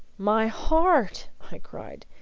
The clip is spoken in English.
my heart! i cried.